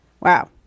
Wow